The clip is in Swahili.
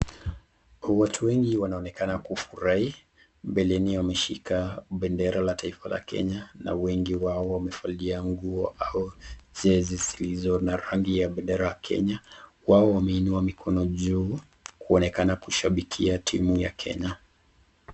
Watu wengi wanaonekana kufurahia, mbeleni wameshika bendera ya taifa ya kenya, na wengi wao wamevalia nguo au jesi zilizo na rangi ya bendera ya Kenya wao wameinua mikono juu kuonekana kushabikia timu ya kenya.